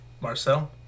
Marcel